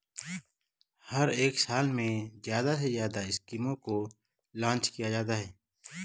हर एक साल में ज्यादा से ज्यादा स्कीमों को लान्च किया जाता है